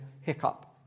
hiccup